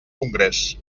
congrés